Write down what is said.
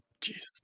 Jesus